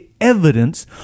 evidence